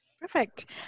Perfect